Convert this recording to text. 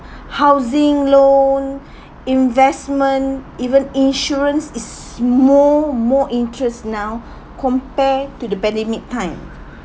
housing loan investment even insurance is more more interest now compared to the pandemic time